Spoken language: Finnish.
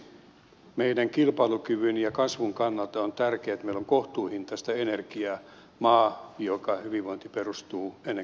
toiseksi meidän kilpailukykymme ja kasvumme kannalta on tärkeää että meillä on kohtuuhintaista energiaa maassa jonka hyvinvointi perustuu ennen kaikkea vientiin